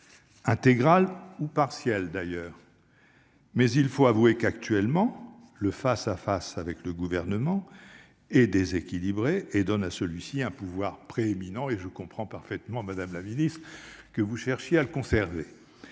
intégrale ou partielle, mais, il faut l'avouer, le face-à-face actuel avec le Gouvernement est déséquilibré et donne à celui-ci un pouvoir prééminent ; je comprends donc parfaitement, madame la ministre, que vous cherchiez à le conserver